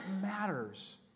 matters